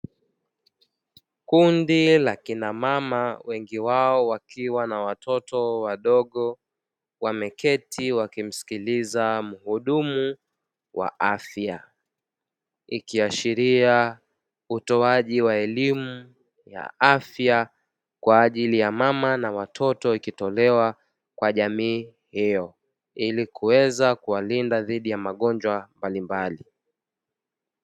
Kundi la kina mama, wengi wao wakiwa na watoto wadogo, wameketi wakimsikiliza mhudumu wa afya. Ikiashiria utoaji wa elimu ya afya, kwa ajili ya mama na watoto ikitolewa kwa jamii hiyo. Ili kuweza kuwalinda dhidi ya magonjwa mbalimbali.